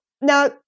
now